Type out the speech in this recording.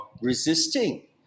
resisting